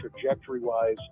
trajectory-wise